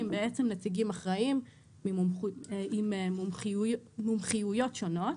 בעצם נציגים אחראים עם מומחיויות שונות.